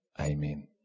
Amen